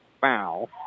foul